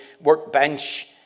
workbench